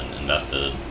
invested